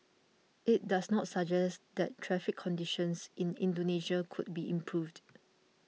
it does also suggest that traffic conditions in Indonesia could be improved